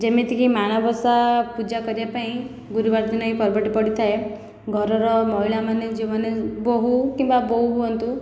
ଯେମିତିକି ମାଣବସା ପୂଜା କରିବା ପାଇଁ ଗୁରୁବାର ଦିନ ଏହି ପର୍ବଟି ପଡ଼ିଥାଏ ଘରର ମହିଳାମାନେ ଯେଉଁମାନେ ବୋହୁ କିମ୍ବା ବୋଉ ହୁଅନ୍ତୁ